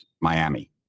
Miami